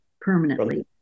permanently